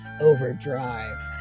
Overdrive